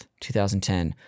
2010